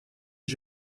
des